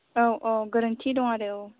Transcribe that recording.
औ औ गोरोन्थि दं आरो औ